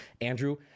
andrew